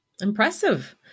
Impressive